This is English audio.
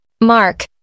Mark